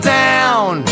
down